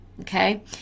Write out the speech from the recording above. Okay